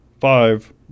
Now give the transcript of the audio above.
five